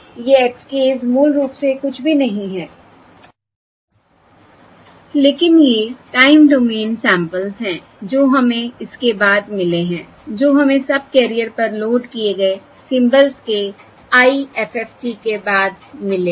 ये x ks मूल रूप से कुछ भी नहीं हैं लेकिन ये टाइम डोमेन सैंपल्स हैं जो हमें इसके बाद मिले हैं जो हमें सबकेरियर पर लोड किए गए सिंबल्स के IFFT के बाद मिले हैं